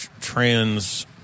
trans